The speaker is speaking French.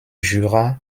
jura